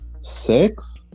Six